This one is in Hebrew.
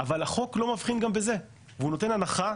אבל החוק לא מבחין גם בזה והוא נותן הנחה.